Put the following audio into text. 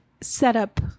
setup